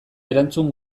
erantzun